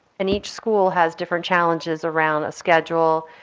and each school has different challenges around schedule,